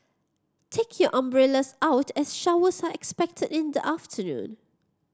take your umbrellas out as showers are expected in the afternoon